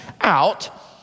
out